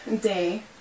day